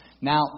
Now